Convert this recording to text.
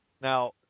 Now